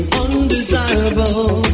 undesirable